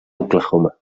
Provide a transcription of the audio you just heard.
oklahoma